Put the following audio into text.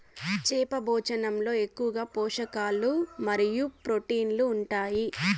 చేప భోజనంలో ఎక్కువగా పోషకాలు మరియు ప్రోటీన్లు ఉంటాయి